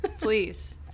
Please